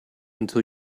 until